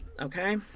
okay